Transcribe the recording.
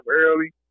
early